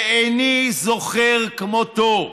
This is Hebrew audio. ואיני זוכר כמותו,